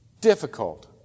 Difficult